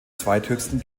zweithöchsten